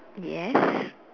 yes